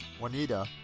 Juanita